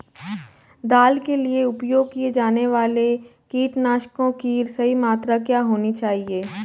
दाल के लिए उपयोग किए जाने वाले कीटनाशकों की सही मात्रा क्या होनी चाहिए?